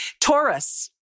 Taurus